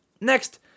Next